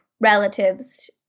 relatives